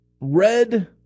red